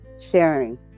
sharing